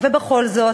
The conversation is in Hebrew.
בכל זאת,